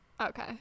okay